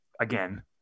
Again